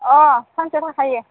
अ सानसे थाखायो